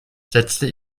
setzte